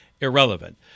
irrelevant